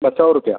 ॿ सौ रुपिया